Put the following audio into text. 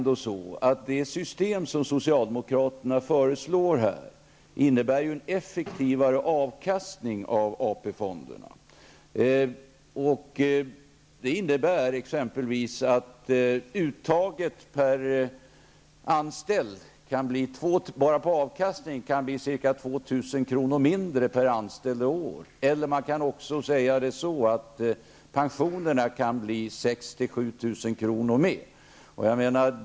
Det system som socialdemokraterna föreslår innebär en effektivare avkastning när det gäller AP-fonderna. Detta betyder exempelvis att uttaget bara på avkastningen kan bli ca 2 000 kr. mindre per anställd och år. Det kan också uttryckas så, att pensionerna kan bli 6 000--7 000 kr. högre.